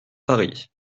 paris